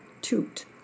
toot